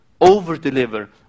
over-deliver